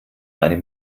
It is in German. eine